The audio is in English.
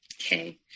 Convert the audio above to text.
Okay